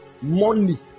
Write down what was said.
Money